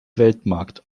weltmarkt